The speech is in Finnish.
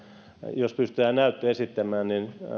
jos niistä pystytään näyttö esittämään